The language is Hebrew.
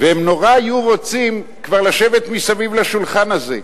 והם נורא היו רוצים כבר לשבת מסביב לשולחן הזה,